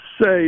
say